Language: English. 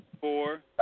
four